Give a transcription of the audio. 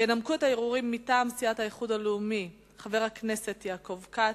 ינמקו את הערעורים מטעם סיעת האיחוד הלאומי חבר הכנסת יעקב כץ,